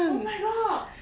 oh my god